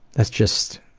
that's just,